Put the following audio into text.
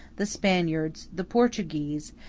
the spaniards, the portuguese,